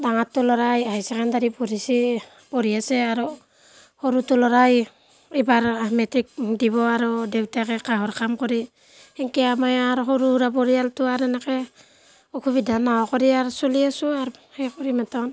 ডাঙৰটো ল'ৰাই higher secondary পঢ়িছি পঢ়ি আছে আৰু সৰুটো ল'ৰাই এইবাৰ মেট্ৰিক দিব আৰু দেউতাকে কাঁহৰ কাম কৰে তেনেকে আমি আৰু সৰু সুৰা পৰিয়ালটো আৰু এনেকে অসুবিধা নোহোৱা কৰি আৰু চলি আছোঁ আৰু সেয়ে কৰি মাত্ৰ